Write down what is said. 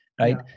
right